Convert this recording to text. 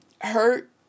hurt